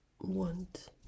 want